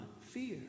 fear